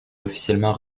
officiellement